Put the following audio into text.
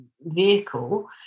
vehicle